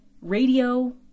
radio